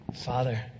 Father